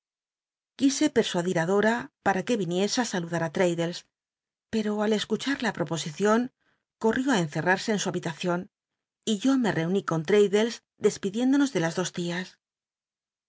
quise persuadir do para que yinie c ti saluda t á ttaddles pero al escuchar la woposicion coitíó ti cncenarsc en su habilacion y yo me eeuní con l'raddles despidiéndonos de las dos lias